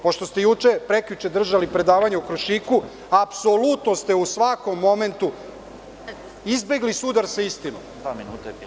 Pošto ste juče, prekjuče držali predavanje o „Krušiku“, apsolutno ste u svakom momentu izbegli sudar sa istinom.